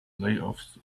layoffs